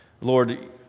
Lord